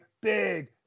big